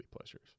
pleasures